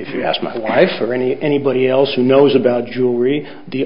if you ask my wife for any anybody else who knows about jewelry the